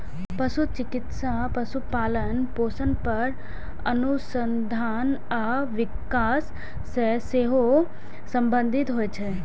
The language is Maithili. पशु चिकित्सा पशुपालन, पोषण पर अनुसंधान आ विकास सं सेहो संबंधित होइ छै